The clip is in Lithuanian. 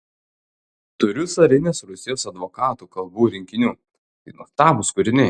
turiu carinės rusijos advokatų kalbų rinkinių tai nuostabūs kūriniai